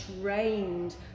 trained